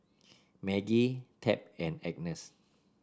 Maggie Tab and Agness